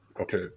okay